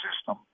system